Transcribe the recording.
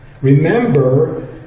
Remember